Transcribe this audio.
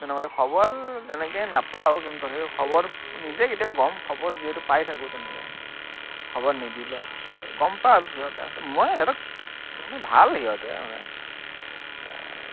তেনেকুৱাকে খবৰ তেনেকে নাপাওঁ কিন্তু সেই খবৰ নিজে কেতিয়াবা গম খবৰ যিহেতু পাই থাকোঁ তেনেকে খবৰ নিদিলেও গম পাওঁ আৰু সিহঁতে আছে মই সিহঁতক ভাল সিহঁতে